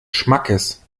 schmackes